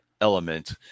element